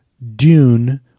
dune